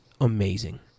amazing